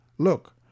Look